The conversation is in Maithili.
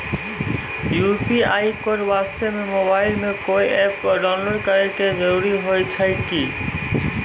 यु.पी.आई कोड वास्ते मोबाइल मे कोय एप्प डाउनलोड करे के जरूरी होय छै की?